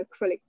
acrylic